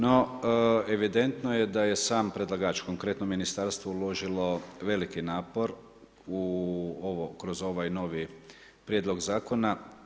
No, evidentno je da je sam predlagač, konkretno ministarstvo uložilo veliki napor u ovo, kroz ovaj novi prijedlog zakona.